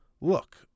Look